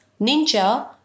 ninja